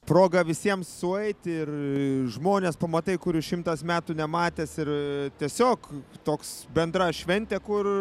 proga visiems sueiti ir žmones pamatai kurių šimtas metų nematęs ir tiesiog toks bendra šventė kur